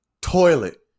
Toilet